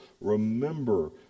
Remember